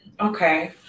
Okay